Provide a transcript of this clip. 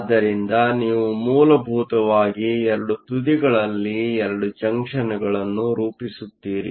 ಆದ್ದರಿಂದ ನೀವು ಮೂಲಭೂತವಾಗಿ 2 ತುದಿಗಳಲ್ಲಿ 2 ಜಂಕ್ಷನ್ಗಳನ್ನು ರೂಪಿಸುತ್ತೀರಿ